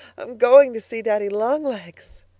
i'm going to see daddy-long-legs